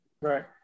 right